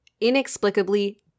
inexplicably